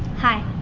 hi.